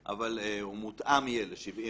אבל הוא יהיה מותאם ל-70,000